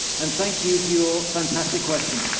and thank you for your fantastic questions.